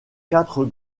quatre